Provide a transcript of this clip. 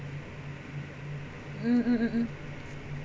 mm mm mm mm